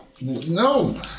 No